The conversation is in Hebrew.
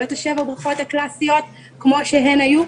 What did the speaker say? את השבע ברכות הקלאסיות כמו שהן היו.